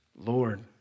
Lord